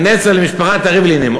כנצר למשפחת הריבלינים,